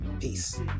Peace